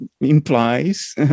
implies